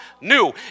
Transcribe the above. new